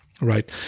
right